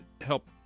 help